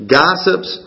gossips